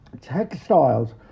textiles